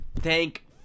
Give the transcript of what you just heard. thank